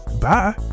Bye